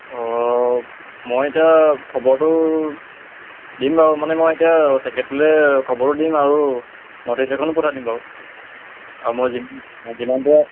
অ' মই এতিয়া খবৰটো দিম বাৰু মানে মই এতিয়া চেক্ৰেটৰীলৈ খবৰটো দিম আৰু নটিছ এখনো পঠাই দিম বাৰু আৰু মই যিমান যিমান পাৰোঁ